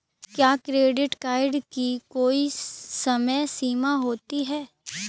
क्या credit card की कोई समय सीमा होती है?